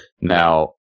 now